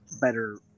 better